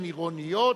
נמנעים.